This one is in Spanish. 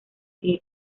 sigue